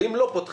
ואם לא פותחים,